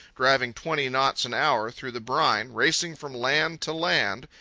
driving twenty knots an hour through the brine, racing from land to land,